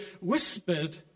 whispered